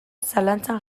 zalantzan